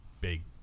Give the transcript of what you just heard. big